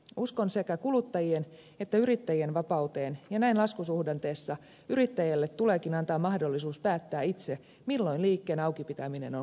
uskon sekä kuluttajien että yrittä jien vapauteen ja näin laskusuhdanteessa yrittäjälle tuleekin antaa mahdollisuus päättää itse milloin liikkeen auki pitäminen on kannattavaa